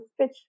pitch